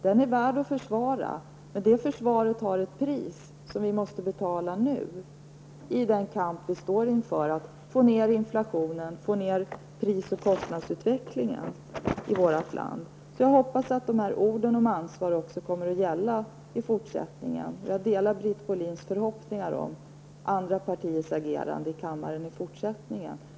Den är värd att försvara, men det försvaret har ett pris, som vi måste betala nu i den kamp vi står inför för att få ned inflationen och kunna dämpa pris och kostnadsutvecklingen i vårt land. Jag hoppas att dessa ord om ansvar också kommer att gälla i fortsättningen. Jag delar Britt Bohlins förhoppningar om andra partiers agerande här i kammaren i fortsättningen.